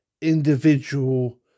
individual